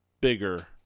bigger